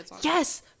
yes